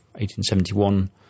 1871